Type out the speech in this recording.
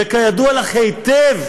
וכידוע לך היטב,